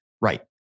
Right